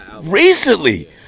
recently